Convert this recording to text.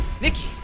Nikki